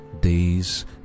days